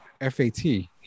F-A-T